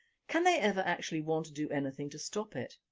can they ever actually want to do anything to stop it?